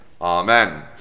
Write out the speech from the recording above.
Amen